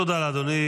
תודה לאדוני.